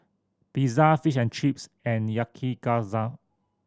Pizza Fish and Chips and Yakizakana